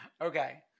okay